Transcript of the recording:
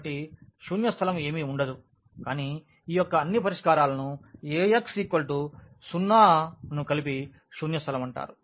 కాబట్టి శూన్య స్థలం ఏమీ ఉండదు కానీ ఈ యొక్క అన్ని పరిష్కారాలను Ax 0 కలిపి శూన్య స్థలం అంటారు